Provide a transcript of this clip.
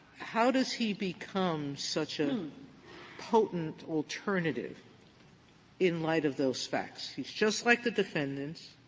how does he become such a potent alternative in light of those facts? he's just like the defendants.